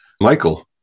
Michael